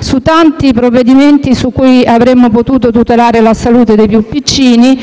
su tanti provvedimenti su cui avremmo potuto tutelare la salute dei più piccini.